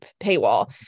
paywall